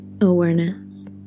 awareness